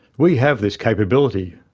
we have this capability.